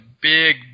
big